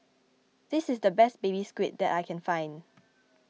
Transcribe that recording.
this is the best Baby Squid that I can find